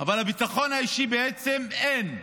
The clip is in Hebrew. אבל ביטחון אישי בעצם אין,